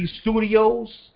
Studios